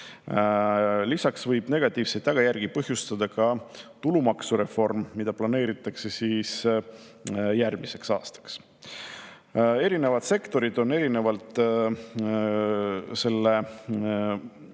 Lisaks võib negatiivseid tagajärgi põhjustada ka tulumaksureform, mida planeeritakse järgmiseks aastaks. Erinevad sektorid on selle